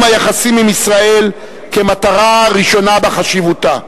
היחסים עם ישראל כמטרה ראשונה בחשיבותה,